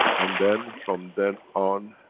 and then, from then on,